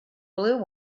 blue